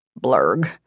Blurg